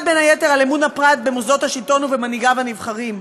בין היתר על אמון הפרט במוסדות השלטון ובמנהיגיו הנבחרים.